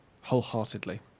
Wholeheartedly